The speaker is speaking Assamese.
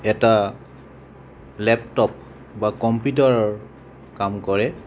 এটা লেপটপ বা কম্পিউটাৰৰ কাম কৰে